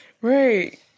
Right